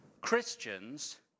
Christians